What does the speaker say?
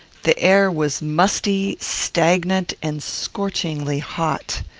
the air was musty, stagnant, and scorchingly hot.